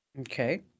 Okay